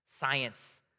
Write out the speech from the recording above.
Science